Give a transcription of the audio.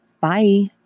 Bye